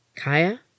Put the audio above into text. Kaya